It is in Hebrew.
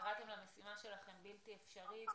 קראתם למשימה שלכם 'בלתי אפשרית',